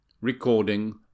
Recording